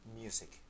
music